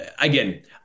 again